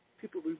people